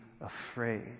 afraid